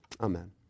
Amen